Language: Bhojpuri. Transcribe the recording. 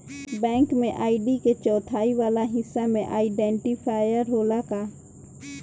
बैंक में आई.डी के चौथाई वाला हिस्सा में आइडेंटिफैएर होला का?